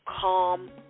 calm